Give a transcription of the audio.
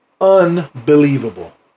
unbelievable